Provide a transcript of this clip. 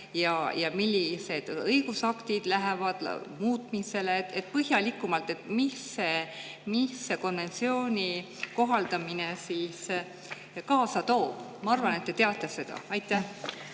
ja millised õigusaktid lähevad muutmisele? Põhjalikumalt, mis see konventsiooni kohaldamine kaasa toob? Ma arvan, et te teate seda. Aitäh,